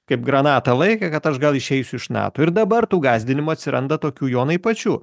kaip granatą laikė kad aš gal išeisiu iš nato ir dabar tų gąsdinimų atsiranda tokių jonai pačių